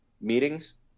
meetings